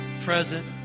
present